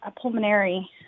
pulmonary